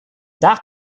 that